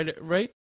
right